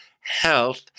health